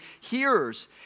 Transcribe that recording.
hearers